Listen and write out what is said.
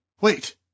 Wait